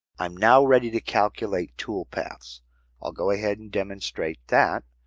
i'm now ready to calculate toolpaths. i'll go ahead and demonstrate that.